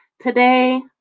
today